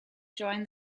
joined